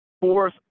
Fourth